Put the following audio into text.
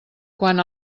quan